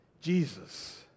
Jesus